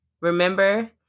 Remember